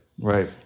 Right